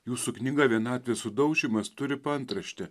jūsų knyga vienatvės sudaužymas turi paantraštę